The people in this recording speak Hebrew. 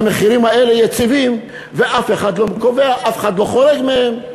והמחירים האלה יציבים, ואף אחד לא חורג מהם.